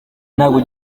ntabwo